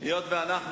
זו יהירות.